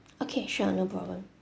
okay sure no problem